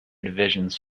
divisions